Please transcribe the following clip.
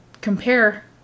compare